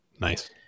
Nice